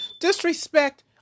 Disrespect